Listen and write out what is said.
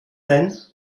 denn